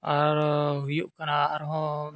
ᱟᱨ ᱦᱩᱭᱩᱜ ᱠᱟᱱᱟ ᱟᱨᱦᱚᱸ